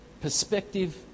perspective